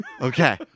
Okay